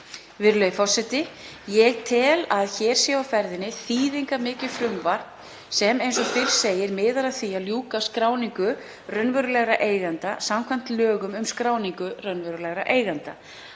Virðulegi forseti. Ég tel að hér sé á ferðinni þýðingarmikið frumvarp sem, eins og fyrr segir, miðar að því að ljúka skráningu raunverulegra eigenda samkvæmt lögum um skráningu raunverulegra eigenda.